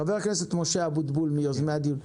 חבר הכנסת משה אבוטבול, מיוזמי הדיון.